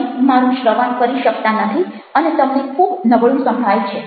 તમે મારું શ્રવણ કરી શકતા નથી અને તમને ખૂબ નબળું સંભળાય છે